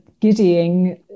giddying